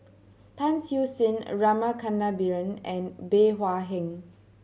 Tan Siew Sin Rama Kannabiran and Bey Hua Heng